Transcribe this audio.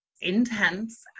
intense